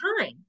time